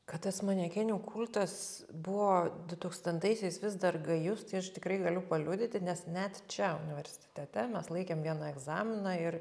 kad tas manekenių kultas buvo dutūkstantaisiais vis dar gajus tai aš tikrai galiu paliudyti nes net čia universtitete mes laikėm vieną egzaminą ir